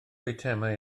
eitemau